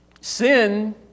sin